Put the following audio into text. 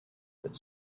but